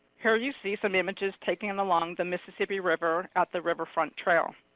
here you see some images taken along the mississippi river at the riverfront trail.